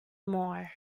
more